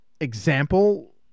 example